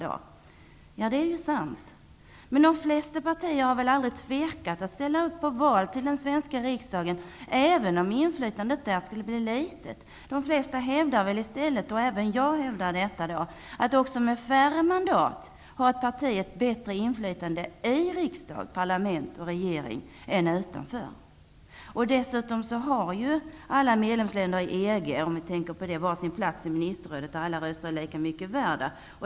Det är förvisso sant, men de flesta partier har väl aldrig tvekat att ställa upp på val till den svenska riksdagen även om inflytandet där skulle bli litet. De flesta, och även jag, hävdar i stället att också med få mandat har ett parti ett bättre inflytande i riksdag, parlament och regering, än utanför. Dessutom får alla länder som är medlemmar i EG varsin plats i Ministerrådet, där alla röster är lika mycket värda.